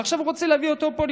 ועכשיו הוא רוצה להביא אותו לפה,